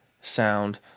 sound